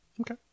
Okay